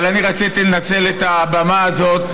אבל אני רציתי לנצל את הבמה הזאת,